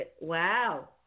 Wow